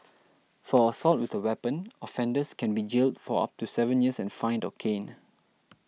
for assault with a weapon offenders can be jailed for up to seven years and fined or caned